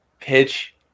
pitch